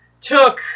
took